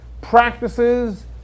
practices